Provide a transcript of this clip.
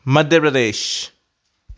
Madhya Pradesh